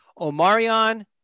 Omarion